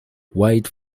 wade